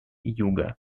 юга